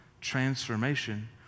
transformation